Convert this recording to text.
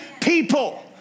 people